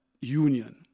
union